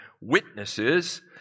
witnesses